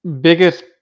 biggest